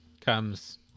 comes